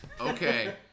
Okay